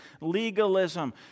legalism